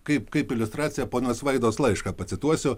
kaip kaip iliustraciją ponios vaidos laišką pacituosiu